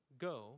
go